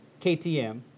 KTM